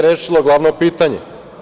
Nije rešilo glavno pitanje.